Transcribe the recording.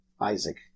Isaac